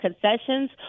concessions